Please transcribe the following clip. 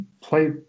play